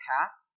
past